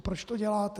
Proč to děláte?